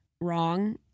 wrong